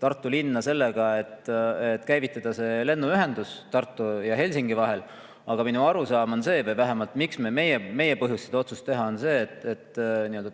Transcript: Tartu linna sellega, et käivitada lennuühendus Tartu ja Helsingi vahel. Aga minu arusaam on see või vähemalt meie põhjus otsust tehes oli see, et